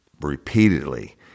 repeatedly